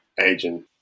agent